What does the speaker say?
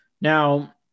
Now